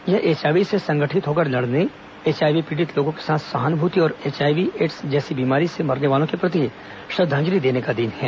यह एचआईवी से संगठित होकर लड़ने एचआईवी पीड़ित लोगों के साथ सहानुभूति और एचआईवी एड्स जैसी बीमारी से मरने वालों के प्रति श्रद्धांजलि देने का दिन है